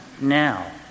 now